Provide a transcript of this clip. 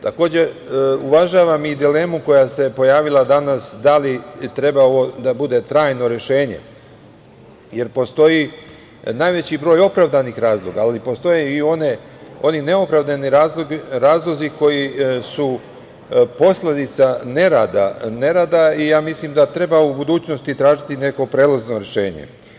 Takođe, uvažavam i dilemu koja se pojavila danas, da li treba da bude trajno rešenje, jer postoji najveći broj opravdanih razloga, ali postoji i oni neopravdani razlozi koji su posledica nerada i mislim da treba u budućnosti tražiti neko prelazno rešenje.